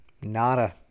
Nada